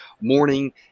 morning